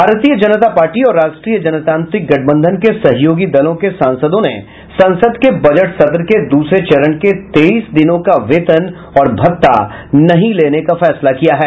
भारतीय जनता पार्टी और राष्ट्रीय जनतांत्रिक गठबंधन के सहयोगी दलों के सांसदों ने संसद के बजट सत्र के दूसरे चरण के तेईस दिनों का वेतन और भत्ता न लेने का फैसला किया है